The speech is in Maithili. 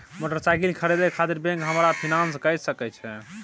मोटरसाइकिल खरीदे खातिर बैंक हमरा फिनांस कय सके छै?